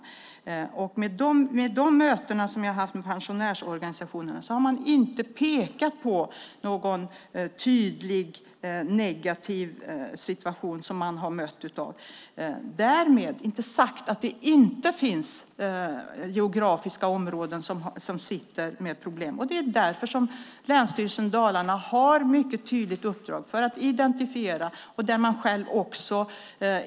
Vid de möten som jag har haft med pensionärsorganisationerna har man inte pekat på någon tydlig negativ situation. Därmed inte sagt att det inte finns geografiska områden som har problem. Det är därför som länsstyrelsen i Dalarna har ett mycket tydligt uppdrag att identifiera detta.